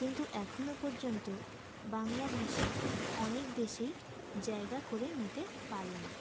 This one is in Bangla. কিন্তু এখনো পর্যন্ত বাংলা ভাষা অনেক দেশেই জায়গা করে নিতে পারেনি